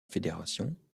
fédération